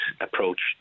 approach